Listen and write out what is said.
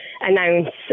announce